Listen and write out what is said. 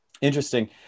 Interesting